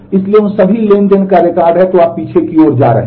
इसलिए उन सभी ट्रांज़ैक्शन रिकॉर्ड हैं तो आप पीछे की ओर जा रहे हैं